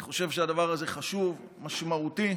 אני חושב שהדבר הזה חשוב, משמעותי,